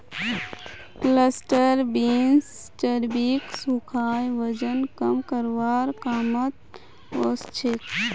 cluster beans चर्बीक सुखाए वजन कम करवार कामत ओसछेक